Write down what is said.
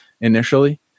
initially